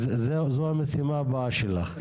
זו המשימה הבאה שלך.